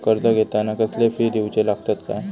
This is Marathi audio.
कर्ज घेताना कसले फी दिऊचे लागतत काय?